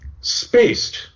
Spaced